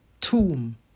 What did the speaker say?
tomb